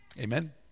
Amen